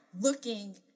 looking